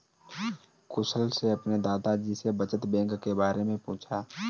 कुशल ने अपने दादा जी से बचत बैंक के बारे में पूछा